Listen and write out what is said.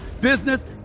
business